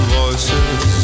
voices